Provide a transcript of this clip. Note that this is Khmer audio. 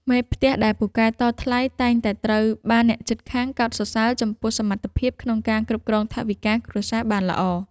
មេផ្ទះដែលពូកែតថ្លៃតែងតែត្រូវបានអ្នកជិតខាងកោតសរសើរចំពោះសមត្ថភាពក្នុងការគ្រប់គ្រងថវិកាគ្រួសារបានល្អ។